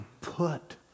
put